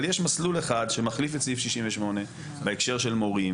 אבל יש מסלול אחד שמחליף את סעיף 68 בהקשר של מורים,